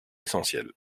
essentiels